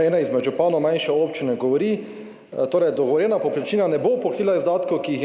Eden izmed županov manjše občine govori: »Dogovorjena povprečnina ne bo pokrila izdatkov, ki jih